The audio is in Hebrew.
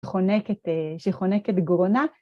‫שחונק את גרונה